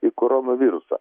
į koronavirusą